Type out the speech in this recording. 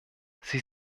sie